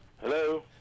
Hello